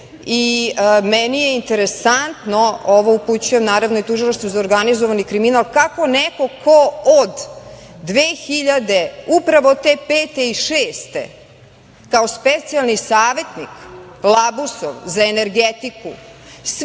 i meni je interesantno, ovo upućujem naravno i Tužilaštvu za organizovani kriminal, kako neko ko od 2005. i 2006. kao specijalni savetnik Labusov za energetiku